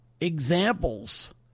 examples